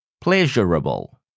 Pleasurable